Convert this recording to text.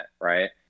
right